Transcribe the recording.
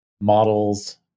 models